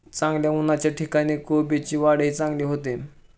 चांगल्या उन्हाच्या ठिकाणी कोबीची वाढही चांगली होते